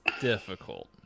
difficult